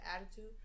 attitude